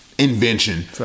invention